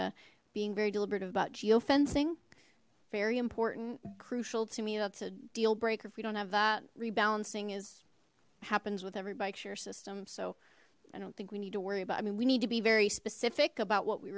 geofencing very important crucial to me that's a deal breaker if we don't have that rebalancing is happens with every bike share system so i don't think we need to worry about i mean we need to be very specific about what we